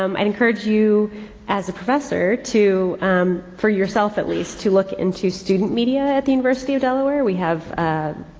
um i'd encourage you as a professor to, um, for yourself at least, to look into student media at the university of delaware. we have, ah,